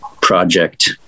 project